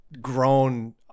grown